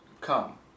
come